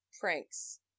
pranks